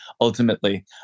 ultimately